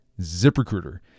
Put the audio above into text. ZipRecruiter